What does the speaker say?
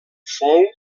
fou